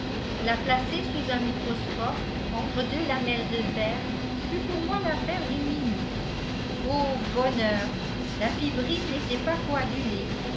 la placer sous un microscope entre deux lamelles de verre fut pour moi l'affaire d'une minute ô bonheur la fibrine n'était pas coagulée